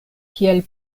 kiel